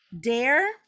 dare